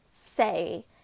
say